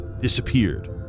disappeared